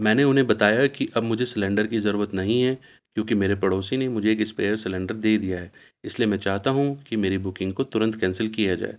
میں نے انہیں بتایا کہ اب مجھے سیلینڈر کی ضرورت نہیں ہے کیونکہ میرے پڑوسی نے مجھے ایک اسپیئر سیلینڈر دے دیا ہے اس لیے میں چاہتا ہوں کہ میری بکنگ کو ترنت کینسل کیا جائے